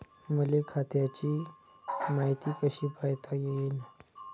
मले खात्याची मायती कशी पायता येईन?